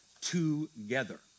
together